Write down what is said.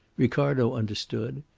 ricardo understood.